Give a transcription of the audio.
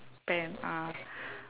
pant ah